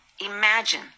Imagine